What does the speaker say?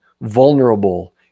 vulnerable